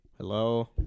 Hello